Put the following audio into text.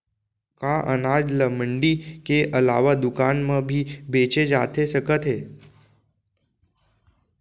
का अनाज ल मंडी के अलावा दुकान म भी बेचे जाथे सकत हे?